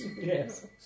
yes